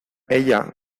ella